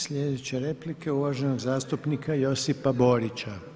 Sljedeća replika je uvaženog zastupnika Josipa Borića.